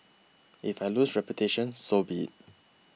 if I lose reputation so be it